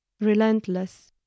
Relentless